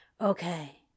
Okay